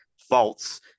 faults